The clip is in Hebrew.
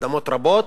אדמות רבות,